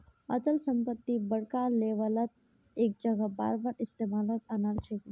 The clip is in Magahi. अचल संपत्ति बड़का लेवलत एक जगह बारबार इस्तेमालत अनाल जाछेक